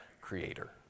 creator